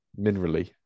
Minerally